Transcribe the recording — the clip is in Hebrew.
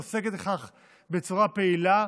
היא עוסקת בכך בצורה פעילה.